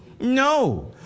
No